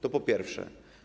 To po pierwsze.